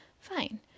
fine